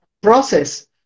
process